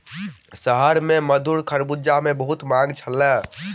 शहर में मधुर खरबूजा के बहुत मांग छल